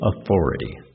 authority